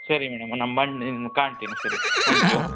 ಸರಿ ಮೇಡಮ್ ನಾ ಬಂದು ನಿಮ್ಮ ಕಾಣ್ತೀನಿ ಸರಿ ತ್ಯಾಂಕ್ ಯು